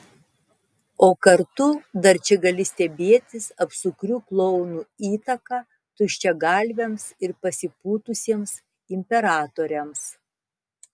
o kartu dar čia gali stebėtis apsukrių klounų įtaka tuščiagalviams ir pasipūtusiems imperatoriams